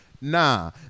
Nah